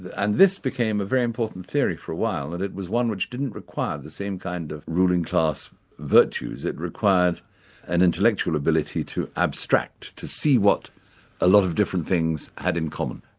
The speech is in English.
and this became a very important theory for a while, that it was one which didn't require the same kind of ruling class virtues, it required an intellectual ability to abstract, to see what a lot of different things had in common.